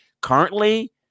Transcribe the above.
currently